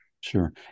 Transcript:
Sure